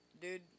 Dude